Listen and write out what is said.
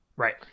Right